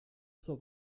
zur